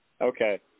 Okay